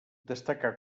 destacà